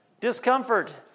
discomfort